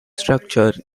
structure